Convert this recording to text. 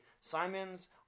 Simons